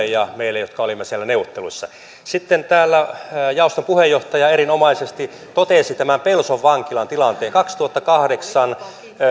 ja meille jotka olimme siellä neuvotteluissa sitten täällä jaoston puheenjohtaja erinomaisesti totesi tämän pelson vankilan tilanteen kaksituhattakahdeksan